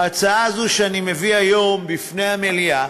ההצעה הזאת שאני מביא היום בפני המליאה